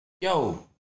yo